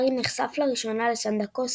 הארי נחשף לראשונה לסנדקו,